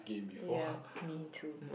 ya me too